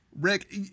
Rick